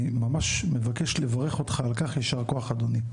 אני ממש מברך אותך על כך, ישר כוח אדוני,